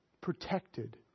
protected